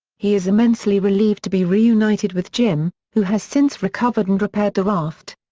he is immensely relieved to be reunited with jim, who has since recovered and repaired the raft.